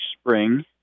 spring